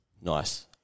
Nice